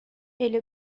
ele